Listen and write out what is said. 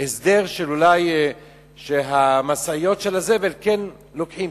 הסדר שהמשאיות של הזבל לוקחות,